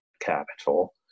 capital